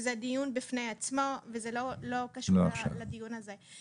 שזה דיון בפני עצמו וזה לא קשור לדיון הזה.